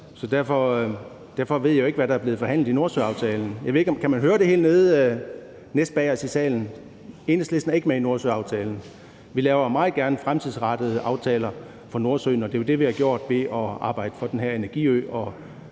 så derfor ved jeg jo ikke, hvad der er blevet forhandlet om i Nordsøaftalen. Jeg ved ikke, om man kan høre det helt nede næstbagerst i salen: Enhedslisten er ikke med i Nordsøaftalen. Vi laver meget gerne fremtidsrettede aftaler for Nordsøen, og det er jo det, vi har gjort ved at arbejde for den her energiø og